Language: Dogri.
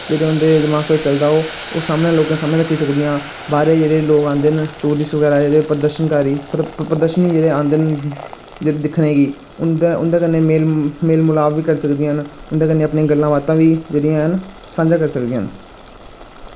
जेह्ड़े उं'दे दमाक बिच चलदा ओ ओ सामनै लोकें सामनै रक्खी सकदियां बाह्रे दे जेह्ड़े लोक औंदे न टूरिस्ट बगैरा जेह्ड़े प्रदर्शनकारी प्र प प्रदर्शन जेह्ड़े औंदे न दिक्खने कि उं'दे उं'दे कन्नै मेल मेल मलाप बी करी सकदियां न उं'दे कन्नै अपनी गल्लां बातां जेह्ड़ियां हैन सांझा करी सकदियां न